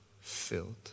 filled